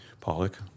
pollock